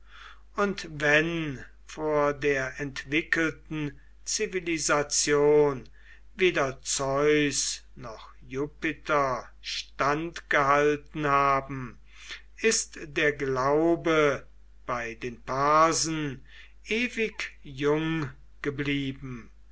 und wenn vor der entwickelten zivilisation weder zeus noch jupiter standgehalten haben ist der glaube bei den parsen ewig jung geblieben